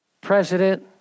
president